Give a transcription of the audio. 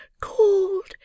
called